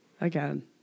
Again